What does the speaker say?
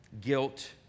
guilt